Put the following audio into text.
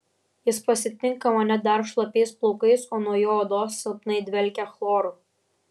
jis pasitinka mane dar šlapiais plaukais o nuo jo odos silpnai dvelkia chloru